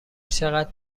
چقدر